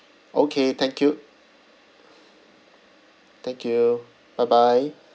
okay thank you thank you bye bye